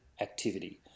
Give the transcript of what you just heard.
activity